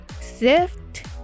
Sift